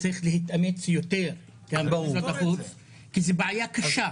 משרד החוץ צריך להתאמץ יותר כי זו בעיה קשה.